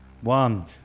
One